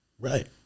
right